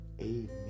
amen